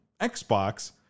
Xbox